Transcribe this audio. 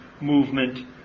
movement